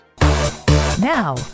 Now